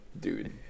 dude